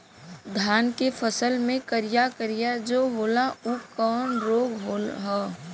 धान के फसल मे करिया करिया जो होला ऊ कवन रोग ह?